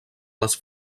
les